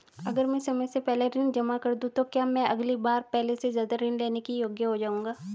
अगर मैं समय से पहले ऋण जमा कर दूं तो क्या मैं अगली बार पहले से ज़्यादा ऋण लेने के योग्य हो जाऊँगा?